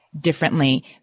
differently